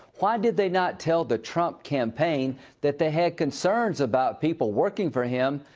why did they not tell the trump campaign that they had concerns about people working for him,